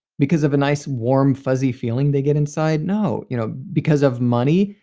because of a nice, warm, fuzzy feeling they get inside? no. you know because of money?